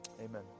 amen